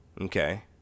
Okay